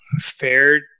fair